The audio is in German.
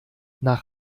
nach